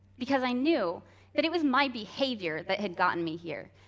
because i knew that it was my behavior that had gotten me here,